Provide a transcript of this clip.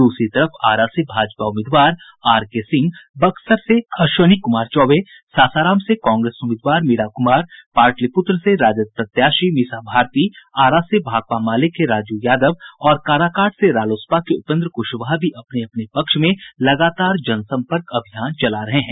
दूसरी तरफ आरा से भाजपा उम्मीदवार आरके सिंह बक्सर से अश्विनी कुमार चौबे सासाराम से कांग्रेस उम्मीदवार मीरा कुमार पाटलिपुत्र से राजद प्रत्याशी मीसा भारती आरा से भाकपा माले के राजू यादव और काराकाट से रालोसपा के उपेन्द्र कुशवाहा भी अपने अपने पक्ष में लगातार जनसंपर्क अभियान चला रहे हैं